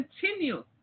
continue